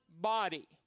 body